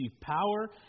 power